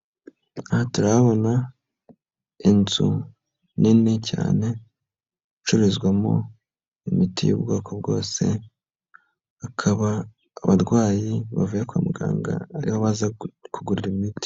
Aha turabona, inzu nini cyane, icururizwamo imiti y'ubwoko bwose, hakaba abarwayi, bavuye kwa muganga, ariho baza kugurira imiti.